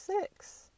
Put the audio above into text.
six